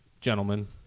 gentlemen